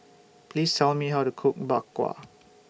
Please Tell Me How to Cook Bak Kwa